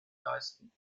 leisten